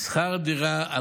שכר דירה.